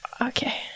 Okay